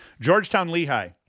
Georgetown-Lehigh